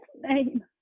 name